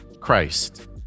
Christ